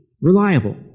reliable